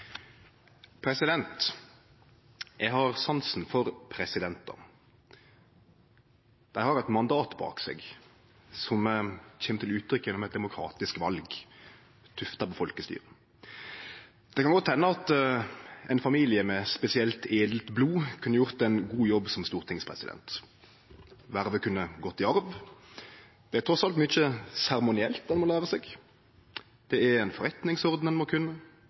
President! Eg har sansen for presidentar. Dei har eit mandat bak seg som kjem til uttrykk gjennom eit demokratisk val, tufta på folkestyre. Det kan godt hende at ein familie med spesielt edelt blod kunne gjort ein god jobb som stortingspresident. Vervet kunne gått i arv – det er trass alt mykje seremonielt ein må lære seg: Det er ein forretningsorden ein må kunne,